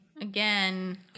Again